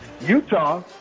Utah